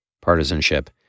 Partisanship